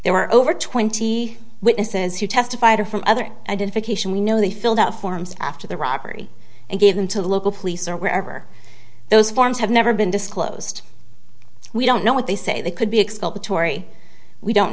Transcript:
there were over twenty witnesses who testified or from other identification we know they filled out forms after the robbery and gave them to the local police or wherever those forms have never been disclosed we don't know what they say they could be expelled to tory we don't